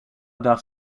darf